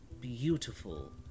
beautiful